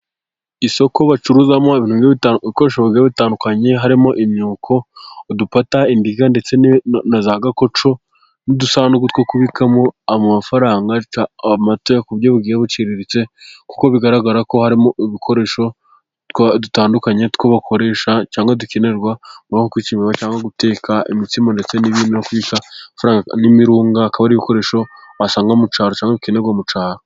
Isoko bacuruza mo ibikoresha bigiye butandukanye harimo imyuko, udupata, indiga, ndetse naza gakoco n'udusaduku two kubikamo amafaranga, kuburyo bugiye buciriritse kuko bigaragara ko harimo udukoresho dutandukanye, twakoresha cyangwa dukenerwa mu kwica cyangwa guteka imitsima, ndetse ni'bintu byo kwica, n'imirunga, akaba ari ibikoresho wasanga mu cyaro cyangwa ubukenerwa mu cyaro.